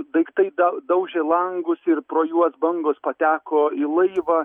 daiktai daužė langus ir pro juos bangos pateko į laivą